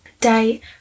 date